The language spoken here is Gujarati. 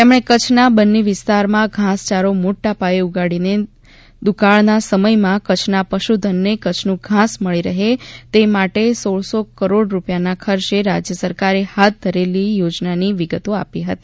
તેમણે કચ્છના બન્ની વિસ્તારમાં ઘાસયારો મોટા પાયે ઊગાડીને દુકાળના સમયમાં કચ્છના પશુધનને કચ્છનું ધાસ મળી રહે તે માટે સોળસો કરોડ રૂપિયાના ખર્ચે રાજ્ય સરકારે હાથ ધરેલી યોજનાની વિગતો આપી હતી